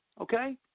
Okay